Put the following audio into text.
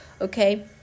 okay